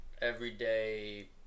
everyday